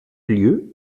lieu